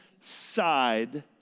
side